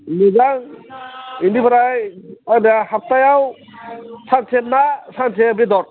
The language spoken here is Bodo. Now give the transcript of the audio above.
मोजां बेनिफ्राय मा होनो सप्तायाव सानसे ना सानसे बेदर